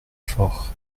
faure